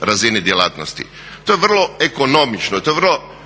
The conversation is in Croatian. razini djelatnosti. To je vrlo ekonomično, to je vrlo